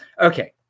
Okay